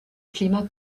climat